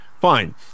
Fine